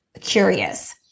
curious